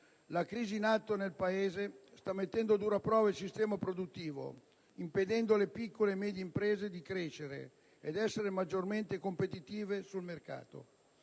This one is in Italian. La crisi in atto nel Paese sta mettendo a dura prova il sistema produttivo, impedendo alle piccole e medie imprese di crescere ed essere maggiormente competitive sul mercato.